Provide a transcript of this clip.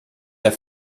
der